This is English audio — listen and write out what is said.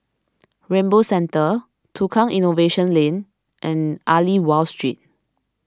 Rainbow Centre Tukang Innovation Lane and Aliwal Street